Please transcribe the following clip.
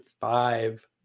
five